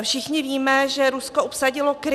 Všichni víme, že Rusko obsadilo Krym.